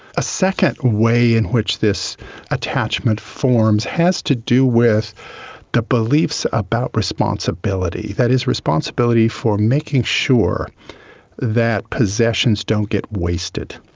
a second way in which this attachment forms has to do with the beliefs about responsibility. that is, responsibility for making sure that possessions don't get wasted.